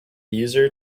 user